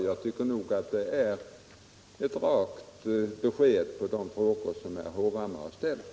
Jag tycker att det är ett rakt svar på de frågor herr Hovhammar ställt.